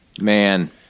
Man